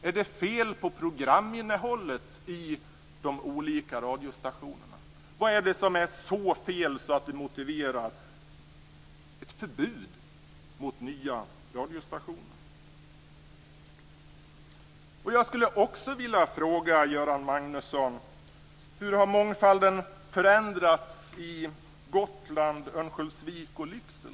Är det fel på programinnehållet i sändningarna från de olika radiostationerna? Vad är det som är så fel att det motiverar ett förbud mot nya radiostationer? Hur har mångfalden förändrats på Gotland, i Örnsköldsvik och Lycksele?